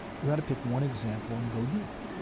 you had to pick one example and go deep.